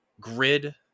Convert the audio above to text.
grid